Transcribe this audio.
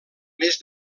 mes